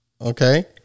Okay